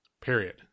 Period